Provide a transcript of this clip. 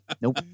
Nope